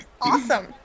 Awesome